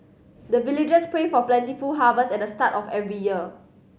the villagers pray for plentiful harvest at the start of every year